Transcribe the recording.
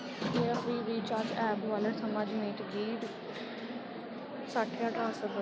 मेरा free recharge app wallet थमां जमीत गी सट्ठ ज्हार ट्रांसफर कर